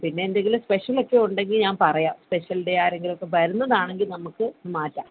പിന്നെ എന്തെങ്കിലും സ്പെഷ്യൽ ഒക്കെ ഉണ്ടെങ്കിൽ ഞാൻ പറയാം സ്പെഷ്യൽ ഡേ ആരെങ്കിലുമൊക്കെ വരുന്നതാണെങ്കിൽ നമുക്ക് മാറ്റാം